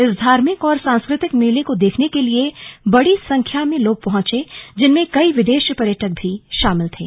इस धार्मिक और सांस्कृतिक मेले को देखने के लिए बड़ी संख्या में लोग पहुंचे जिनमें कई विदेश पर्यटक भी शामिल थे